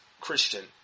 Christian